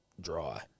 Dry